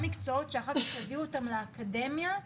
מקצועות שאחר כך יביאו אותם לאקדמיה,